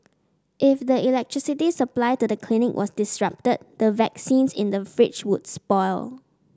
if the electricity supply to the clinic was disrupted the vaccines in the fridge would spoil